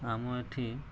ଆମ ଏଠି